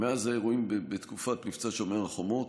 מאז האירועים בתקופת מבצע שומר החומות,